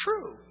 true